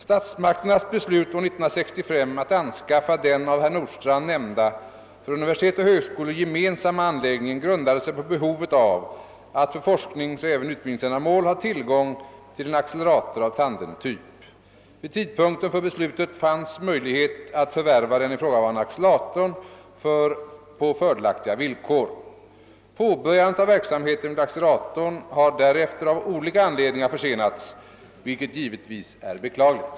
Statsmakternas beslut år 1965 att anskaffa den av herr Nordstrandh nämnda för universitet och högskolor gemensamma anläggningen grundade sig på behovet av att för forskningsoch även utbildningsändamål ha tillgång till en accelerator av tandemtyp. Vid tidpunkten för beslutet fanns möjlighet att förvärva den ifrågavarande acceleratorn på fördelaktiga villkor. Påbörjandet av verksamheten vid acceleratorn har därefter av olika anledningar försenats, vilket givetvis är beklagligt.